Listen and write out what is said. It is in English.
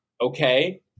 Okay